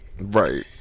Right